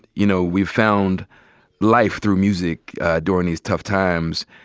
you know, we've found life through music during these tough times.